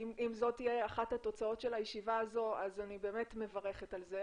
אם זו תהיה אחת התוצאות של הישיבה הזאת אז אני מברכת על זה,